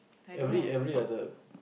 every every other